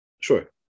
Sure